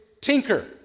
tinker